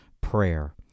Prayer